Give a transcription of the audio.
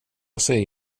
sig